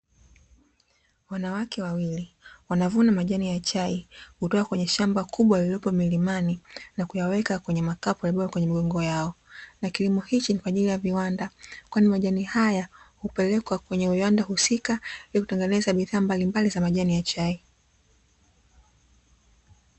Wanawake wawili, wanavuna majani ya chai, kutoka kwenye shamba kubwa lililoko milimani na kuyaweka kwenye makapu waliyoyabeba kutoka kwenye migongo yao, na kilimo hichi ni kwa ajili ya viwanda, kwani majani hayo hupelekwa kwenye viwanda husika vya kutengeneza bidhaa mbalimbali za majani ya chai.